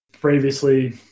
previously